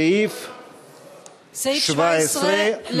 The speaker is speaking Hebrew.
סעיף 17,